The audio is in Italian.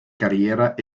carriera